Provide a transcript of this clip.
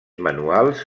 manuals